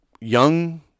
young